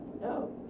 No